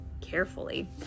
carefully